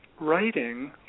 writing